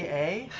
a?